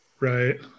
Right